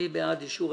מי נגד?